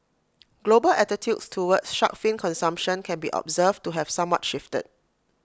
global attitudes towards shark fin consumption can be observed to have somewhat shifted